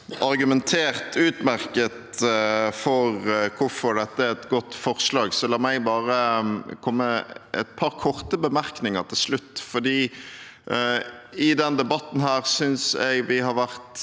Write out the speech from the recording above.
argumentert utmerket for hvorfor dette er et godt forslag, så la meg bare komme med et par korte bemerkninger til slutt. I denne debatten synes jeg vi i for